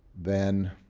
then